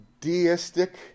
Deistic